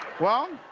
well,